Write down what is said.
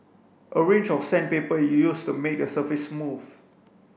a range of sandpaper is used to make the surface smooth